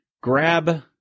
grab